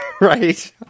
right